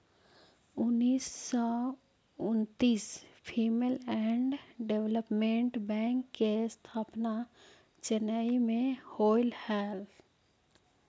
उन्नीस सौ उन्नितिस फीमेल एंड डेवलपमेंट बैंक के स्थापना चेन्नई में होलइ हल